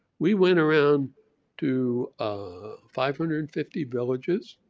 we went around to five hundred and fifty villages,